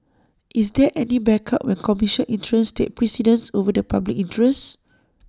is there any backup when commercial interests take precedence over the public interest